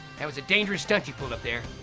that was a dangerous stunt you pulled up there,